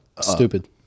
Stupid